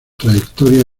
trayectoria